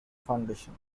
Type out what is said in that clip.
foundation